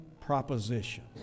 proposition